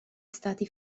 stati